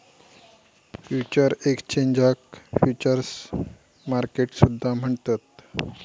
futures एक्सचेंजाक futures market सुद्धा म्हणतत